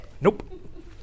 Nope